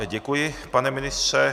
Děkuji, pane ministře.